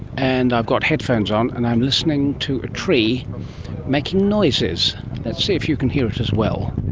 and i've got headphones on and i'm listening to a tree making noises. let's see if you can hear it as well.